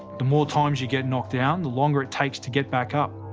the more times you get knocked down, the longer it takes to get back up.